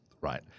right